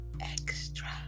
extra